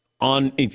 on